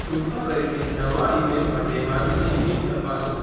કૃપા કરીને નવા ઈમેલ માટે મારું જીમેલ તપાસો